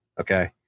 Okay